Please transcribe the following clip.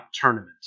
Tournament